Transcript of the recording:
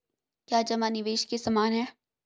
क्या जमा निवेश के समान है?